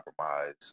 compromise